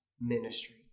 ministry